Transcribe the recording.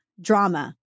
drama